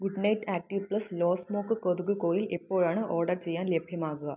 good night active plus low smoke കൊതുക് coil എപ്പോഴാണ് order ചെയ്യാൻ ലഭ്യമാകുക